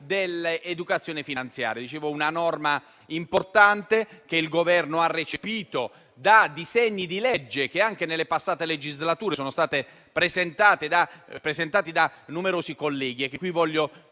dell'educazione finanziaria. Si tratta di una norma importante che il Governo ha recepito da disegni di legge che, anche nelle passate legislature, sono stati presentati da numerosi colleghi, che voglio